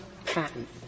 patent